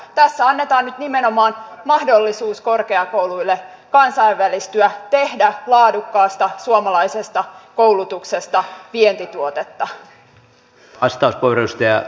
tässä annetaan nyt nimenomaan mahdollisuus korkeakouluille kansainvälistyä tehdä laadukkaasta suomalaisesta koulutuksesta vientituotetta